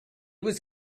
was